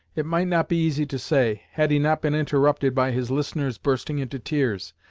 it might not be easy to say, had he not been interrupted by his listener's bursting into tears,